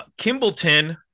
Kimbleton